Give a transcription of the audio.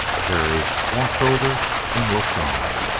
terry walked over and looked on.